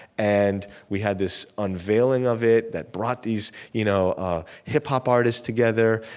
and we had this unveiling of it that brought these you know ah hip-hop artists together.